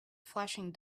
flashing